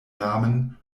namen